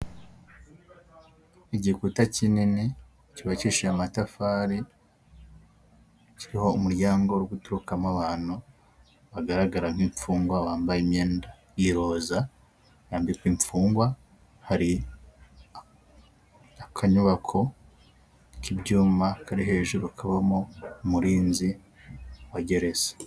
Igikuta kinini cyubakishije amatafari kiriho umuryango uri guturukamo abantu bagaragara nk'imfungwa bambaye imyenda y'iroza yambikwa imfungwa, hari akanyubako k'ibyuma kari hejuru kabamo umurinzi wa gereza.